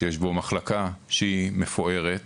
שיש בו מחלקה מפוארת,